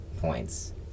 points